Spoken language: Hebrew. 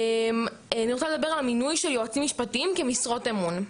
אני רוצה לדבר על המינוי של יועצים משפטיים כמשרות אמון,